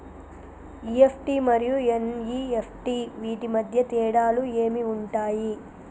EFT మరియు NEFT వీటి మధ్య తేడాలు ఏమి ఉంటాయి?